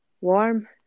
warm